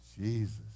Jesus